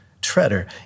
treader